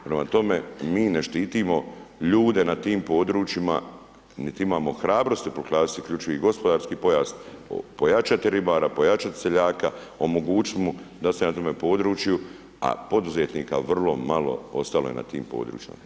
Prema tome, mi ne štitimo ljude na tim područjima, niti imamo hrabrosti proglasiti isključivi gospodarski pojas, pojačati ribara, pojačati seljaka, omogućiti mu da se na tom području, a poduzetnika vrlo malo ostalo je na tim područjima.